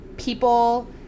People